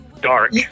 dark